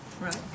right